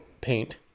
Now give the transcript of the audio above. paint